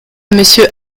monsieur